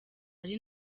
ari